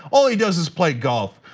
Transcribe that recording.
all he does is play golf.